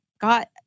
got